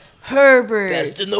Herbert